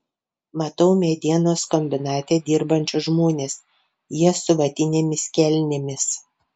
matau medienos kombinate dirbančius žmones jie su vatinėmis kelnėmis